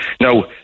now